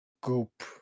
Goop